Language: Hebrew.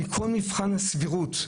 מכל מבחן הסבירות,